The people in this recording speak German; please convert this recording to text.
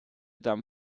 dame